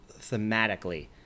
thematically